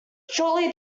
shortly